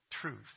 truth